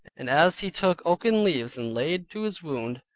and as he took oaken leaves and laid to his wound,